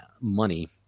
money